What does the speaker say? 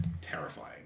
Terrifying